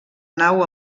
nau